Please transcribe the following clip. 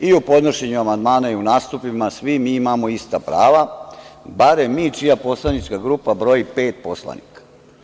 I u podnošenju amandmana, i u nastupima, svi mi imamo ista prava, barem mi čija poslanička grupa broji pet poslanika.